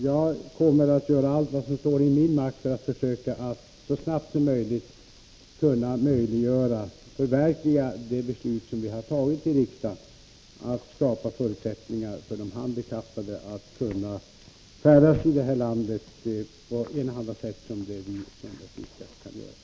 Jag kommer att göra allt vad som står i min makt för att så snabbt det går möjliggöra ett förverkligande av det beslut vi har fattat här i riksdagen, att skapa förutsättningar för de handikappade att färdas här i landet på enahanda sätt som vi som är sunda och friska kan göra.